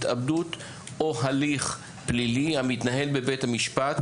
התאבדות או הליך פלילי המתנהל בבית המשפט,